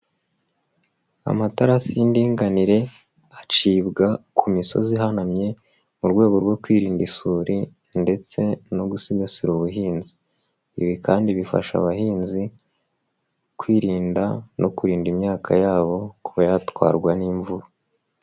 Amatarasi y'indinganire acibwa ku misozi ihanamye mu rwego rwo kwirinda isuri ndetse no gusigasira ubuhinzi, ibi kandi bifasha abahinzi kwirinda no kurinda imyaka yabo ko yatwarwa n'imvura.